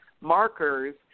markers